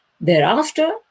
Thereafter